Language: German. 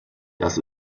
das